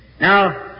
Now